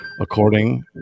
According